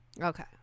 Okay